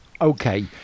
Okay